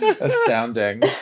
Astounding